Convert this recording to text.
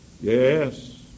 Yes